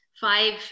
five